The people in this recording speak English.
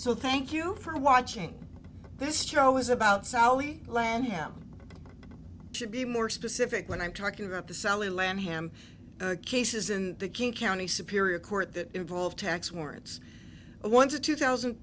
so thank you for watching this show is about sally lam should be more specific when i'm talking about the sally land him cases in the king county superior court that involved tax warrants one to two thousand